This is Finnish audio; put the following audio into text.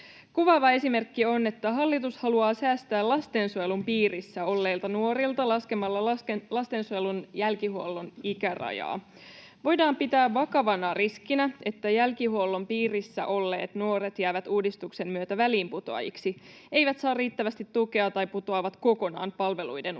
Kuvaava esimerkki on, että hallitus haluaa säästää lastensuojelun piirissä olleilta nuorilta laskemalla lastensuojelun jälkihuollon ikärajaa. Voidaan pitää vakavana riskinä, että jälkihuollon piirissä olleet nuoret jäävät uudistuksen myötä väliinputoajiksi, eivät saa riittävästi tukea tai putoavat kokonaan palveluiden ulkopuolelle.